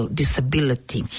disability